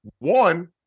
One